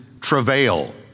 travail